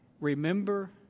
Remember